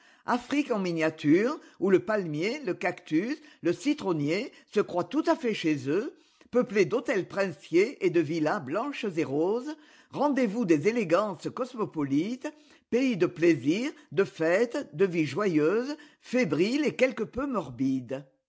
afrique en miniature où le palmier le cactus le citronnier se croient tout à fait chez eux peuplée d'hôtels princiers et de villas blanches et roses rendezvous des élégances cosmopolites paj's de plaisirs de fêtes de vie joyeuse fébrile et quelque peu morbide